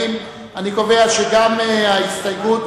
ההסתייגות